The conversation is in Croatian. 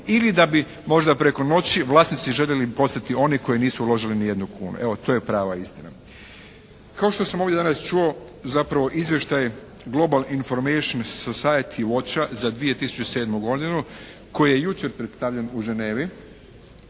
ili da bi možda preko noći vlasnici željeli postati oni koji nisu uložili ni jednu kunu. Evo to je prava istina. Kao što sam ovdje danas čuo zapravo izvještaj «Global information society watch-a» za 2007. godinu koji je jučer predstavljen u Ženevi